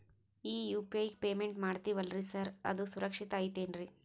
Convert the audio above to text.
ಈ UPI payment ಮಾಡ್ತೇವಿ ಅಲ್ರಿ ಸಾರ್ ಅದು ಸುರಕ್ಷಿತ್ ಐತ್ ಏನ್ರಿ?